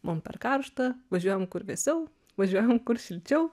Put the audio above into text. mum per karšta važiuojam kur vėsiau važiuojam kur šilčiau